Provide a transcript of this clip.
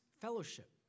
fellowship